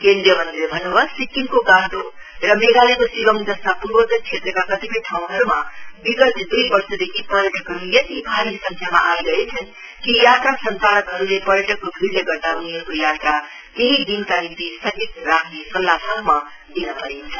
केन्द्रीय मन्त्रीले भन्न् भयो सिक्किमको गान्तोक र मेघालयको शिलाङ जस्ता पूर्वोतर क्षेत्रका कतिपय ठाउँहरुमा विगत दुई वर्षदेखि पर्यटकहरु यति भारी संख्यमा आइरहेछन् कि यात्रा संचालकहरुले पर्यटकको भीइले गर्दा उनीहरुको यात्रा केही दिनका निम्ति स्थगित राख्ने सल्लाहसम्म दिन परेको छ